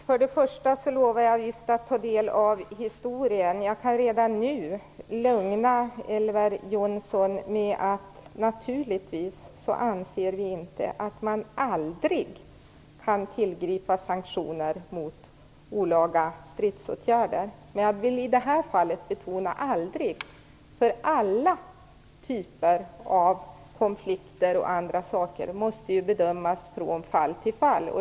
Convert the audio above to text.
Herr talman! Till att börja med lovar jag att ta del av historien. Men jag kan redan nu lugna Elver Jonsson med att vi naturligtvis inte anser att man aldrig kan tillgripa sanktioner mot olaga stridsåtgärder. Jag vill i det här fallet betona ordet aldrig. Alla typer av konflikter måste ju bedömas från fall till fall.